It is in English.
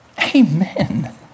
Amen